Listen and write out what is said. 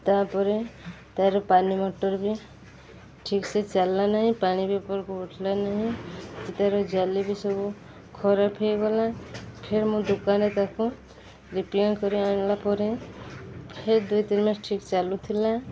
ତା'ପରେ ତାର ପାଣି ମୋଟର୍ ବି ଠିକ୍ସେ ଚାଲିଲା ନାହିଁ ପାଣି ବି ଉପରକୁ ଉଠିଲା ନାହିଁ ତାର ଜାଲି ବି ସବୁ ଖରାପ ହେଇଗଲା ଫେର୍ ମୁଁ ଦୋକାନରେ ତାକୁ ରିପେୟାର୍ କରି ଆଣିଲା ପରେ ଫେର୍ ଦୁଇ ତିନି ମାସ ଠିକ୍ ଚାଲୁଥିଲା